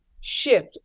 shift